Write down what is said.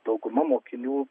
dauguma mokinių